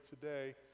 today